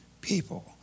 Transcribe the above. people